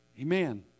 Amen